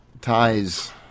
ties